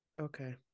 Okay